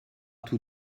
tout